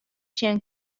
sjen